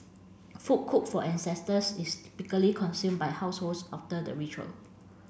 food cooked for ancestors is typically consumed by households after the ritual